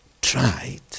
tried